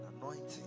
Anointing